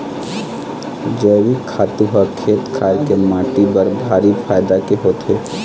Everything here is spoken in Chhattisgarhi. जइविक खातू ह खेत खार के माटी बर भारी फायदा के होथे